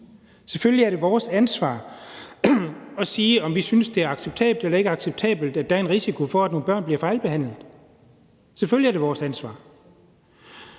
Selvfølgelig er det vores ansvar at sige, om vi synes, det er acceptabelt eller ikke er acceptabelt, og at der er en risiko for, at nogle børn bliver fejlbehandlet. Selvfølgelig er det vores ansvar.